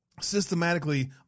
systematically